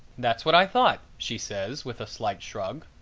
that's what i thought, she says with a slight shrug.